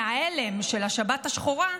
מההלם של השבת השחורה,